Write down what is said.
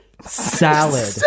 salad